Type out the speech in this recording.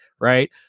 Right